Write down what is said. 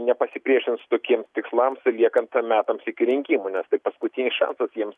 nepasipriešins tokiems tikslams liekant metams iki rinkimų nes tai paskutinis šansas jiems